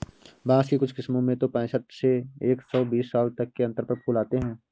बाँस की कुछ किस्मों में तो पैंसठ से एक सौ बीस साल तक के अंतर पर फूल आते हैं